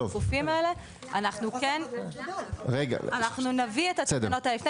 אבל אנחנו נביא את התקנות הללו לפני